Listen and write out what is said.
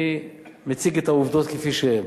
אני מציג את העובדות כפי שהן.